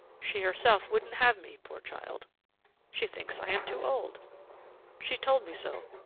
she herself wouldn't have me, poor child she thinks i am too old she told me so.